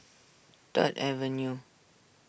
Third Avenue